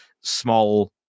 small